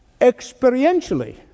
experientially